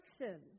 action